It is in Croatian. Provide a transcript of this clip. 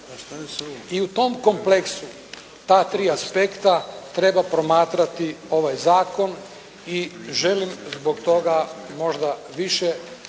I u tom kompleksu, ta tri aspekta treba promatrati ovaj zakon i želim zbog toga možda više